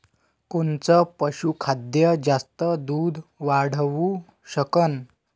कोनचं पशुखाद्य जास्त दुध वाढवू शकन?